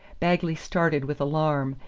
bagley started with alarm,